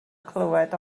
clywed